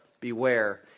beware